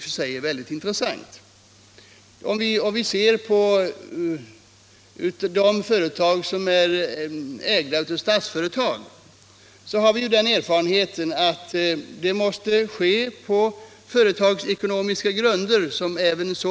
När det gäller de företag som styrs och ägs av Statsföretag vet vi ju att även sådan verksamhet måste bedrivas på företagsekonomiska grunder.